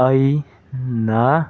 ꯑꯩꯅ